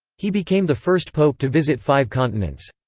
he became the first pope to visit five continents.